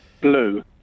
Blue